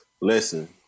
Listen